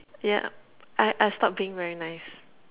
yeah I I stopped being very nice